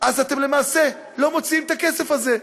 אתם למעשה לא מוציאים את הכסף הזה.